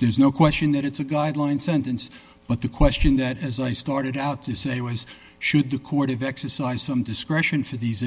there's no question that it's a guideline sentence but the question that as i started out to say was should the court of exercise some discretion for these